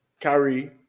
Kyrie